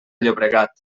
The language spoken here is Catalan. llobregat